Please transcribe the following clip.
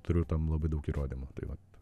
turiu tam labai daug įrodymų tai vat